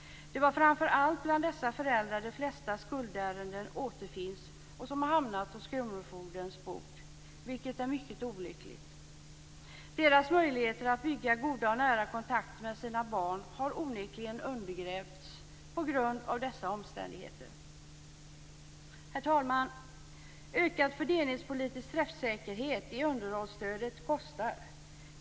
Det är framför allt bland dessa föräldrar som de flesta skuldärenden som har hamnat på kronofogdens bord återfinns, vilket är mycket olyckligt. Deras möjligheter att bygga goda och nära kontakter med sina barn har onekligen undergrävts på grund av dessa omständigheter. Herr talman! Ökad fördelningspolitisk träffsäkerhet i underhållsstödet kostar.